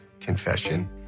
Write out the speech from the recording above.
confession